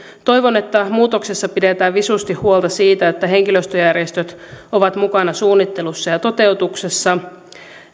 toivon että muutoksessa pidetään visusti huolta siitä että henkilöstöjärjestöt ovat mukana suunnittelussa ja toteutuksessa